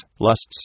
lusts